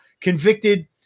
convicted